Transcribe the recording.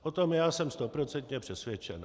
O tom jsem stoprocentně přesvědčen.